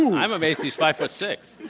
i'm amazed he's five foot six.